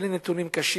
אלה נתונים קשים.